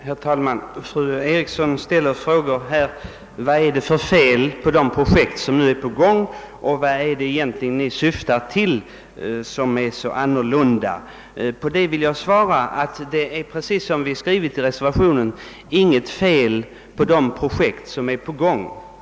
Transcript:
Herr talman! Fru Eriksson i Stockholm frågar vad det är för fel på de projekt som nu är på gång och vad vi egentligen syftar till som är så annorlunda. Jag vill svara att det — precis som vi har skrivit i reservationen — inte är något fel på dessa projekt.